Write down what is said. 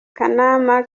kanama